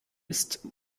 ist